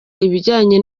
ibijyanye